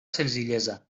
senzillesa